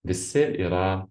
visi yra